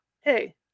Hey